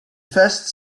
first